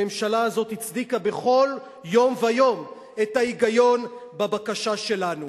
הממשלה הזאת הצדיקה בכל יום ויום את ההיגיון בבקשה שלנו.